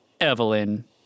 Evelyn